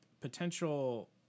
potential